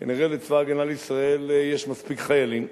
כנראה לצבא-הגנה לישראל יש מספיק חיילים,